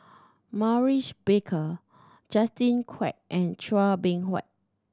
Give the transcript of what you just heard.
Maurice Baker Justin Quek and Chua Beng Huat